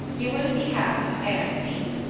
you would have beheld a fair scene.